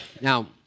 Now